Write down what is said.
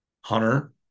Hunter